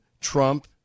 Trump